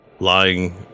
lying